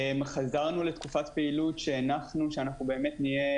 חזרנו לתקופת פעילות כשהנחנו שבאמת נהיה